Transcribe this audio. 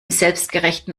selbstgerechten